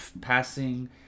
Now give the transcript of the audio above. passing